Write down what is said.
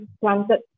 planted